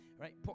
Right